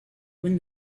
when